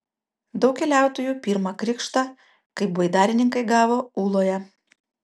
daug keliautojų pirmą krikštą kaip baidarininkai gavo ūloje